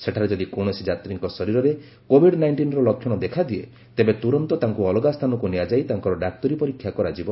ସେଠାରେ ଯଦି କୌଣସି ଯାତ୍ରୀଙ୍କ ଶରୀରରେ କୋଭିଡ୍ ନାଇଷ୍ଟିନ୍ର ଲକ୍ଷଣ ଦେଖାଦିଏ ତେବେ ତୁରନ୍ତ ତାଙ୍କୁ ଅଲଗା ସ୍ଥାନକୁ ନିଆଯାଇ ତାଙ୍କର ଡାକ୍ତରୀ ପରୀକ୍ଷା କରାଯିବ